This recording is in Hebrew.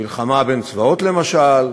המלחמה בין צבאות, למשל,